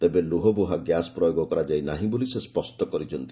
ତେବେ ଲୁହ ବୁହା ଗ୍ୟାସ୍ ପ୍ରୟୋଗ କରାଯାଇ ନାହିଁ ବୋଲି ସେ ସ୍ୱଷ୍ଟ କରିଛନ୍ତି